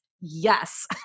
Yes